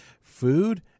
food